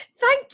Thank